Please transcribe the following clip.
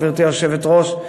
גברתי היושבת-ראש,